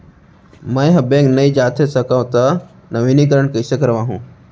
मैं ह बैंक नई जाथे सकंव त नवीनीकरण कइसे करवाहू?